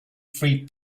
free